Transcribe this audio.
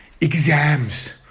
exams